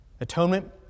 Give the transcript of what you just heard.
Atonement